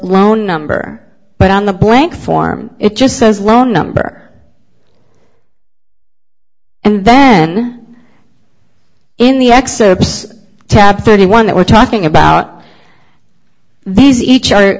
loan number but on the blank form it just says loan number and then in the excerpts tab thirty one that we're talking about these each